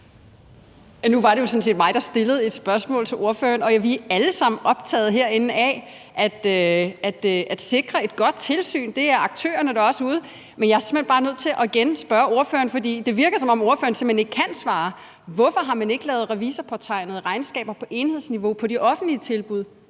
Nu var det jo sådan set mig, der stillede et spørgsmål til ordføreren, og vi er alle sammen herinde optaget af at sikre et godt tilsyn. Og det er aktørerne derude også. Men jeg er simpelt hen bare nødt til igen at spørge ordføreren, for det virker, som om ordføreren simpelt hen ikke kan svare: Hvorfor har man ikke krævet revisorpåtegnede regnskaber på enhedsniveau for de offentlige tilbud?